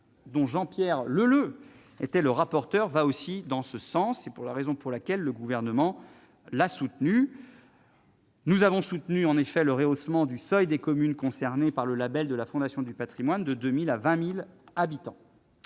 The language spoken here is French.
dont Jean-Pierre Leleux a été le rapporteur, va elle aussi dans ce sens. C'est la raison pour laquelle le Gouvernement l'a soutenue, en se prononçant pour le rehaussement du seuil des communes concernées par le label de la Fondation du patrimoine de 2 000 à 20 000 habitants.